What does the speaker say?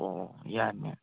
ꯑꯣ ꯌꯥꯅꯤ ꯌꯥꯅꯤ